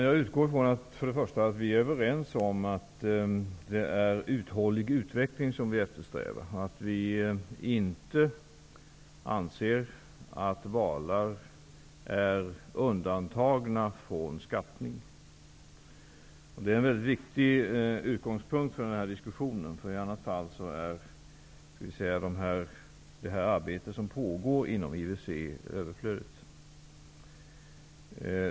Fru talman! Jag utgår från att vi är överens om att det är uthållig utveckling som vi eftersträvar och att vi inte anser att valar är undantagna från skattning. Det är en viktig utgångspunkt för denna diskussion. I annat fall är det arbete som pågår inom IWC överflödigt.